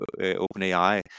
OpenAI